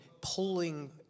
pulling